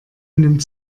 nimmt